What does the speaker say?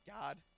God